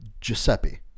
Giuseppe